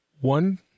One